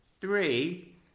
Three